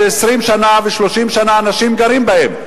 ש-20 שנה ו-30 שנה אנשים גרים בהם,